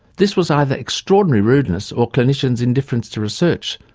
this was either extraordinary rudeness or clinicians' indifference to research,